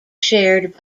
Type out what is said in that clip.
shared